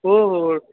हो हो हो